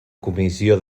comissió